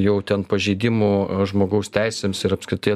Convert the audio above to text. jau ten pažeidimų žmogaus teisėms ir apskritai